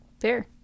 Fair